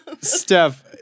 Steph